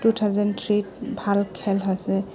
two thousand থ্ৰীত ভাল খেল হৈছে